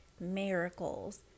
miracles